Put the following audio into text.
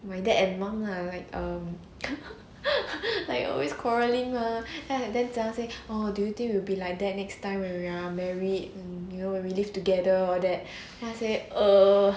my dad and mum lah like um like always quarrelling ah and then sam said will we be like that next time when we are married mm you know when we live all that then I say err